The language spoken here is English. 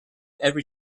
every